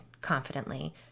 confidently